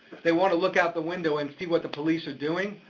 they want to look out the window and see what the police are doing,